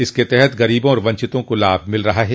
इसके तहत गरीबों और वंचितों को लाभ मिल रहा है